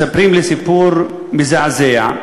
מספרים לי סיפור מזעזע.